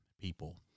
people